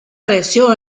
creció